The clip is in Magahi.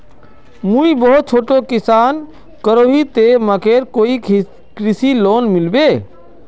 मुई बहुत छोटो किसान करोही ते मकईर कोई कृषि लोन मिलबे?